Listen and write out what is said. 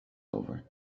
over